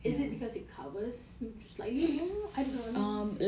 is it because it covers slightly more I don't know